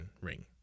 ring